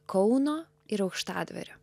kauno ir aukštadvario